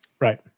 Right